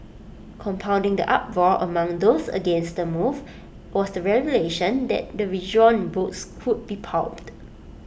compounding the uproar among those against the move was the revelation that the withdrawn books would be pulped